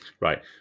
right